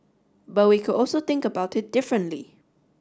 but we could also think about it differently